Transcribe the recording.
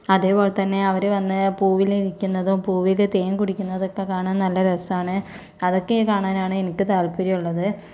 അതുപോലെത്തന്നെ അവർ വന്ന് പൂവിൽ ഇരിക്കുന്നതും പൂവിൽ തേൻ കുടിക്കുന്നതും ഒക്കെ കാണാൻ നല്ല രസാണ് അതൊക്കെ കാണാനാണ് എനിക്കു താത്പ്പര്യം ഉള്ളത്